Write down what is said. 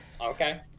okay